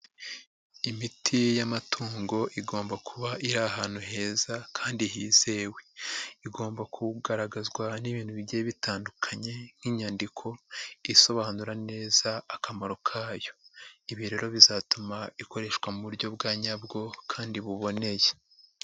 Imiti y'amatungo igomba kuba iri ahantu heza kandi hizewe, igomba kugaragazwa n'ibintu bigiye bitandukanye nk'inyandiko isobanura neza akamaro kayo; ibi rero bizatuma ikoreshwa mu buryo bwa nyabwo kandi buboneye.